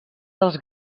dels